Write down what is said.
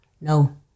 No